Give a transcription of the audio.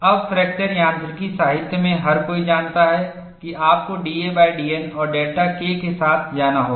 अब फ्रैक्चर यांत्रिकी साहित्य में हर कोई जानता है कि आपको dadN और डेल्टा K के साथ जाना होगा